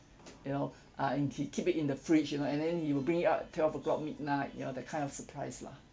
you know uh and he keep it in the fridge you know and then he will bring it out at twelve o'clock midnight you know that kind of surprise lah